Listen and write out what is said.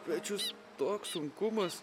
pečius toks sunkumas